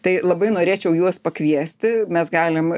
tai labai norėčiau juos pakviesti mes galim